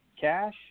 cash